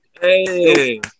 Hey